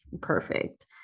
perfect